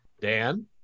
dan